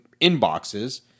inboxes